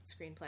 screenplay